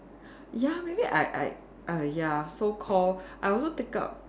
ya maybe I I I ya so called I also take up